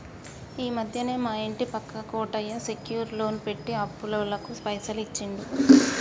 ఈ మధ్యనే మా ఇంటి పక్క కోటయ్య సెక్యూర్ లోన్ పెట్టి అప్పులోళ్లకు పైసలు ఇచ్చిండు